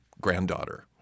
granddaughter